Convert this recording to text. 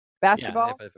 Basketball